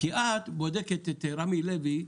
כי את בודקת את רמי לוי,